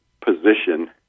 position